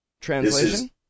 translation